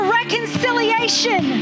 reconciliation